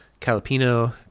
Calipino